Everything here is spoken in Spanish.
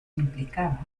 implicaba